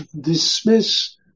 dismiss